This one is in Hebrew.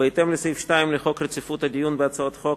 בהתאם לסעיף 2 לחוק רציפות הדיון בהצעות חוק,